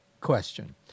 question